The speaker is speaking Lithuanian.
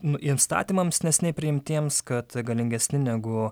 nu statymams neseniai priimtiems kad galingesni negu